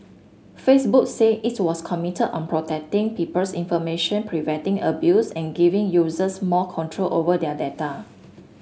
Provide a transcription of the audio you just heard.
Facebook say it was committed on protecting people's information preventing abuse and giving users more control over their data